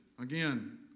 Again